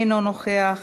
אינו נוכח,